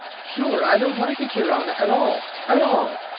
sure, i don't like it, yer honour, at all, at all!